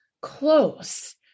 close